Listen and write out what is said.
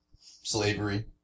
slavery